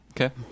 Okay